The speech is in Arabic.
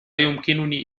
يمكنني